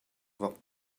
vok